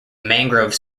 mangrove